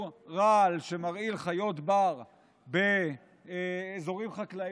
רעל שמרעיל חיות בר באזורים חקלאיים,